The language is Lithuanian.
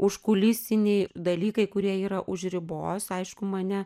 užkulisiniai dalykai kurie yra už ribos aišku mane